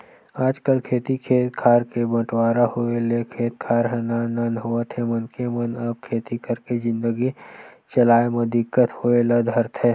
आजकल खेती खेत खार के बंटवारा होय ले खेत खार ह नान नान होवत हे मनखे मन अब खेती करके जिनगी चलाय म दिक्कत होय ल धरथे